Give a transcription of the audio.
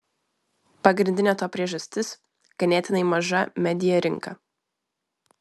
pagrindinė to priežastis ganėtinai maža media rinka